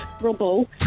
rubble